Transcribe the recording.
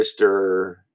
Mr